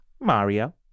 Mario